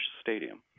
Stadium